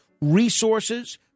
resources